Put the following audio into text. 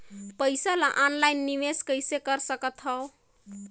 पईसा ल ऑनलाइन निवेश कइसे कर सकथव?